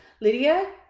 lydia